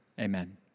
amen